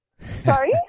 Sorry